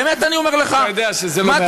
באמת, אני אומר לך, אתה יודע שזה לא מהיום.